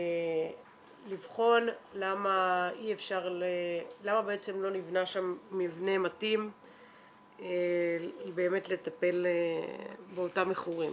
לבחון למה בעצם לא נבנה שם מבנה מתאים לטפל באותם מכורים.